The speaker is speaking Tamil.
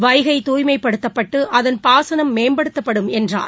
வைகை தூய்மைப்படுத்தப்பட்டு அதன் பாசனம் மேம்படுத்தப்படும் என்றார்